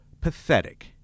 pathetic